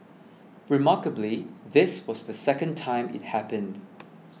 remarkably this was the second time it happened